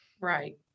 Right